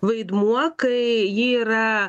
vaidmuo kai ji yra